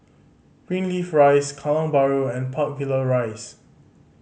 Greenleaf Rise Kallang Bahru and Park Villa Rise